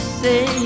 say